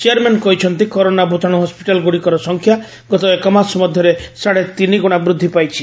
chairman କହିଛନ୍ତି corona ଭୂତାଣୁ ହସ୍କିଟାଲ୍ଗୁଡ଼ିକର ସଂଖ୍ୟା ଗତ ଏକ ମାସ ମଧ୍ୟରେ ସାଢ଼େ ତିନି ଗୁଣା ବୃଦ୍ଧି ପାଇଛି